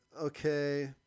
okay